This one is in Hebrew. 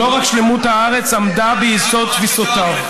לא רק שלמות הארץ עמדה ביסוד תפיסותיו.